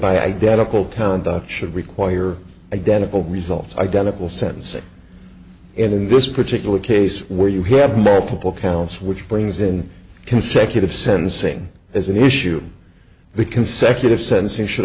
by identical should require identical results identical sentencing in this particular case where you have multiple counts which brings in consecutive sentencing as an issue the consecutive sentences should